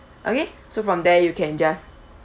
okay so from there you can just